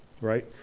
right